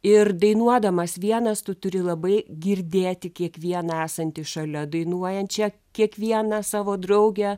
ir dainuodamas vienas tu turi labai girdėti kiekvieną esantį šalia dainuojančią kiekvieną savo draugę